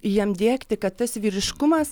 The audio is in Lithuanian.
jam diegti kad tas vyriškumas